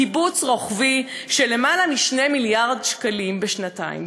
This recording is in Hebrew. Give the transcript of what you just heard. קיצוץ רוחבי של למעלה מ-2 מיליארד שקלים בשנתיים.